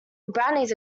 brownies